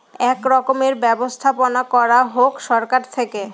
এক রকমের ব্যবস্থাপনা করা হোক সরকার থেকে